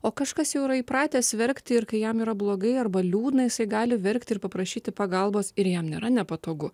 o kažkas jau yra įpratęs verkti ir kai jam yra blogai arba liūdna jisai gali verkti ir paprašyti pagalbos ir jam nėra nepatogu